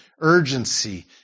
urgency